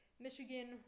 Michigan